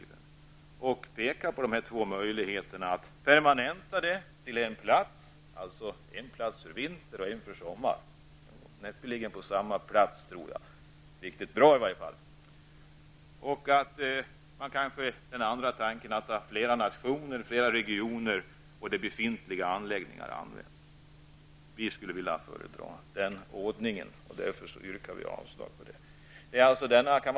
Man borde peka på de två möjligheterna dels att permanenta dem till en plats, dvs. en plats för vinterspel och en plats för sommarspel -- det kan näppeligen vara samma plats --, dels att man använder befintliga anläggningar och därigenom engagerar fler nationer och fler regioner. Vi skulle föredra den ordningen och yrkar därför avslag till hemställan i utskottets betänkande.